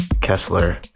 Kessler